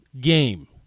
game